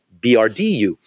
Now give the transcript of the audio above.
BRDU